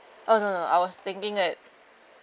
oh no no I was thinking at